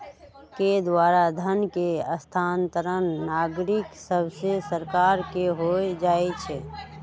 के द्वारा धन के स्थानांतरण नागरिक सभसे सरकार के हो जाइ छइ